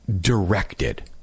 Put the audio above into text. Directed